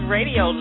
Radio